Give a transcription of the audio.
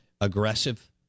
aggressive